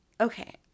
okay